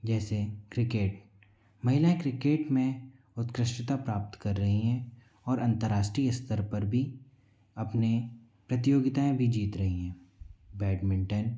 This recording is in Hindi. जैसे क्रिकेट महिला क्रिकेट में उत्कृष्टता प्राप्त कर रही हैं और अन्तर्राष्ट्रीय स्तर पर भी अपने प्रतियोगिताएँ भी जीत रही हैं बैडमिंटन